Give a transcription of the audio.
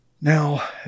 Now